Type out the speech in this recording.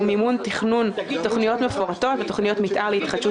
מימון תכנון תוכניות מפורטות ותוכניות מתאר להתחדשות